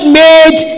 made